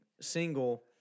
single